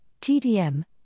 TDM